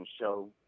show